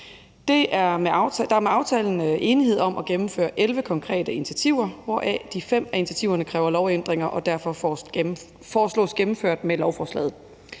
Der er med aftalen enighed om at gennemføre 11 konkrete initiativer, hvoraf de 5 kræver lovændringer og derfor foreslås gennemført med lovforslaget.